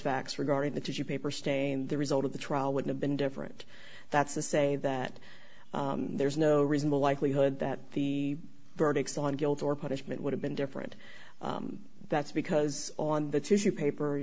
facts regarding the tissue paper stain the result of the trial would have been different that's the say that there's no reasonable likelihood that the verdicts on guilt or punishment would have been different that's because on the tissue paper